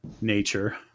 nature